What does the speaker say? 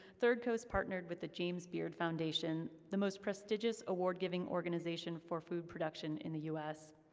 third coast partnered with the james beard foundation, the most prestigious award-giving organization for food production in the u s,